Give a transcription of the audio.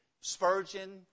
Spurgeon